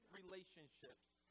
relationships